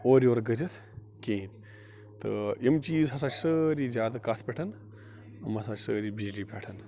اورٕ یور کٔرِتھ کہینۍ تہٕ یِم چیٖز ہِسا چھِ سٲری زیادٕ کَتھ پٮ۪ٹھ یِم ہِسا چھِ سٲری بِجلی پٮ۪ٹھ